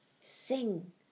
Sing